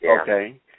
Okay